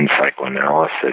psychoanalysis